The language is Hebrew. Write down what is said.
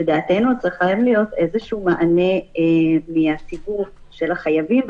לדעתנו צריך להיות איזשהו מענה מהסיפור של החייבים.